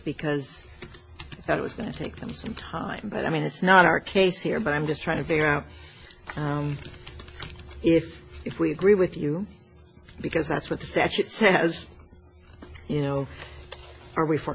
because i thought it was going to take them some time but i mean it's not our case here but i'm just trying to figure out if if we agree with you because that's what the statute says you know are we for